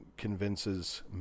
convinces